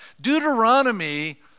Deuteronomy